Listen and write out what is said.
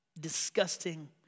disgusting